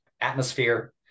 atmosphere